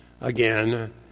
again